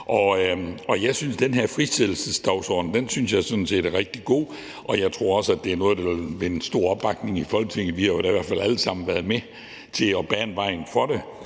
Jeg synes, at den her frisættelsesdagsorden sådan set er rigtig god, og jeg tror også, det er noget, der vil vinde stor opbakning i Folketinget. Vi har jo da i hvert fald alle sammen været med til at bane vejen for det.